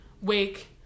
Wake